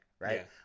Right